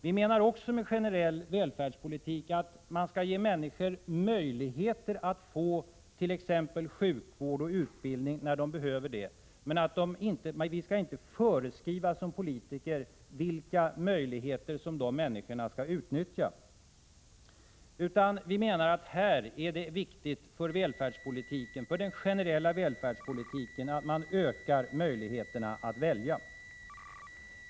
Vi menar med generell välfärdspolitik också att man skall ge människor möjligheter att få t.ex. sjukvård och utbildning när de behöver det, men vi skall inte som politiker föreskriva vilka möjligheter som människorna skall utnyttja. Vi menar att det är väsentligt för den generella välfärdspolitiken att man ökar möjligheterna att välja.